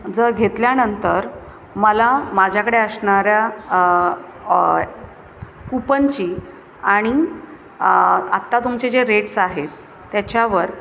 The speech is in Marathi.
जर घेतल्यानंतर मला माझ्याकडे असणाऱ्या कूपनची आणि आत्ता तुमचे जे रेट्स आहेत त्याच्यावर